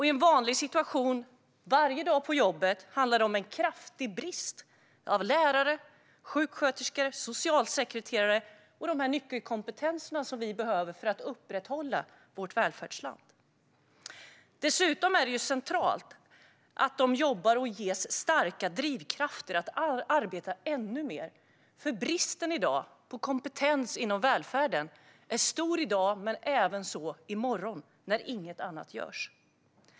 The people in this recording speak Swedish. I en vanlig situation, varje dag på jobbet, handlar det om en kraftig brist på lärare, sjuksköterskor, socialsekreterare och de nyckelkompetenser som vi behöver för att upprätthålla vårt välfärdsland. Dessutom är det centralt att de jobbar och ges starka drivkrafter att arbeta ännu mer, för bristen på kompetens inom välfärden är stor i dag men även så i morgon när inget annat görs.